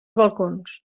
balcons